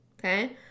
okay